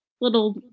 little